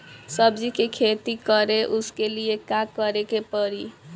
सब्जी की खेती करें उसके लिए का करिके पड़ी?